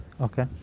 okay